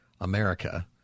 America